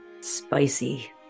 Spicy